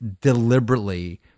deliberately